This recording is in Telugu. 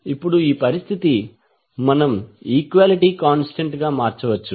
ఇప్పుడు ఈ పరిస్థితి మనం ఈక్వాలిటీ కాంస్టెంట్ గా మార్చవచ్చు